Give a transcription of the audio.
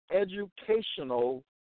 educational